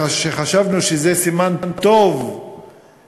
חשבנו שזה סימן טוב לבאות,